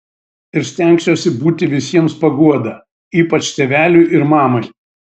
ir stengsiuosi būti visiems paguoda ypač tėveliui ir mamai